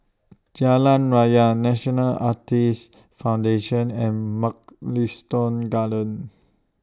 Jalan Raya National Arthritis Foundation and Mugliston Gardens